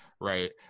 Right